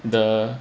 the